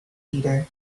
theatre